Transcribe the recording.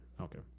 Okay